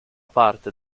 parte